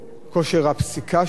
כושר הפסיקה שלו,